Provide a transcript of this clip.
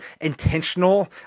intentional